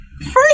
First